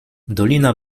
dolina